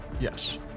Yes